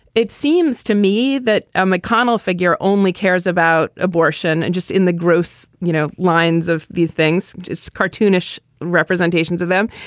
it seems to me that a mcconnell figure only cares about abortion and just in the gross you know lines of these things it's cartoonish representations of them.